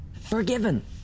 forgiven